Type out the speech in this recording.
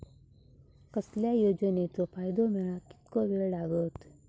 कसल्याय योजनेचो फायदो मेळाक कितको वेळ लागत?